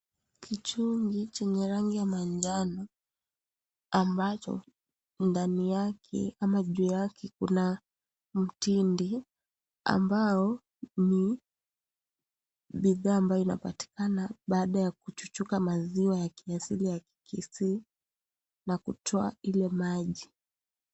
Kichugi cheye rangi ya manjano ambacho ndani yake ama juu yake kuna mtindi ambao ni bidhaa amabyo inapatikana baada ya kuchuchuga maziwa ya kiasili ya kikisii na kutoa ile maji.